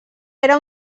era